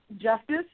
Justice